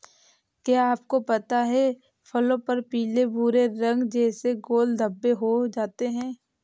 क्या आपको पता है फलों पर पीले भूरे रंग जैसे गोल धब्बे हो जाते हैं?